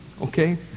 okay